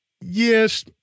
Yes